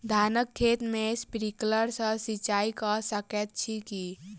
धानक खेत मे स्प्रिंकलर सँ सिंचाईं कऽ सकैत छी की?